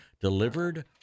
delivered